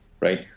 right